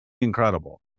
incredible